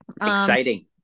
Exciting